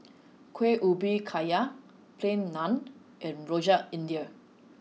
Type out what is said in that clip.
Kuih Ubi Kayu Plain Naan and Rojak iIndia